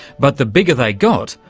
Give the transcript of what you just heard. but the bigger they got,